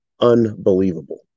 Unbelievable